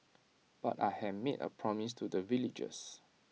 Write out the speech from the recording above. but I had made A promise to the villagers